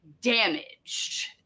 damaged